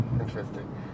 interesting